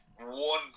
one